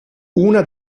una